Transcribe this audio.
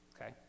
Okay